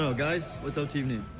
so guys, what's our team name?